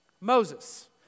Moses